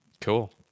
Cool